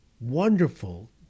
wonderful